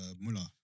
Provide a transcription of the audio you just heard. Muller